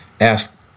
ask